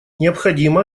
необходимо